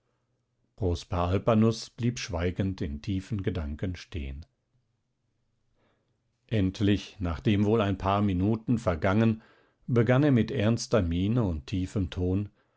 prosper alpanus blieb schweigend in tiefen gedanken stehen endlich nachdem wohl ein paar minuten vergangen begann er mit ernster miene und tiefem ton